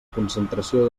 concentració